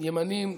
ימנים,